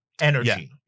energy